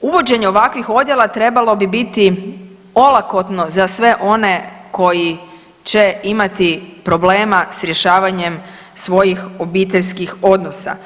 uvođenje ovakvih odjela trebalo bi biti olakotno za sve one koji će imati problema s rješavanjem svojih obiteljskih odnosa.